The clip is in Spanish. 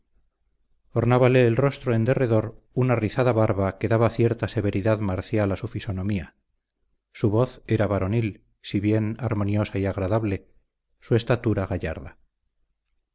pensamientos ornábale el rostro en derredor una rizada barba que daba cierta severidad marcial a su fisonomía su voz era varonil si bien armoniosa y agradable su estatura gallarda